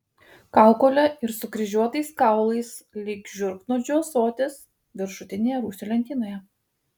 kaukole ir sukryžiuotais kaulais lyg žiurknuodžių ąsotis viršutinėje rūsio lentynoje